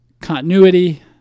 continuity